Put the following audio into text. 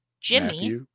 Jimmy